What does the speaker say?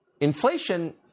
inflation